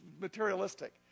materialistic